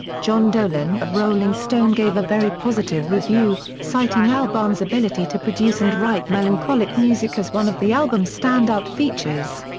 jon dolan of rolling stone gave a very positive review, citing albarn's ability to produce and write melancholic music as one of the album's standout features.